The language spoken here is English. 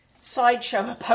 sideshow